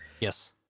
Yes